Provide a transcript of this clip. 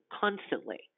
constantly